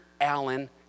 Allen